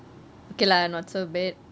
okay lah not so bad